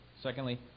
Secondly